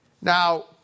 Now